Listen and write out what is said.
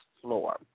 floor